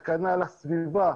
סכנה לסביבה,